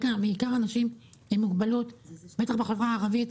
בעיקר כלפי אנשים עם מוגבלות, בטח בחברה הערבית,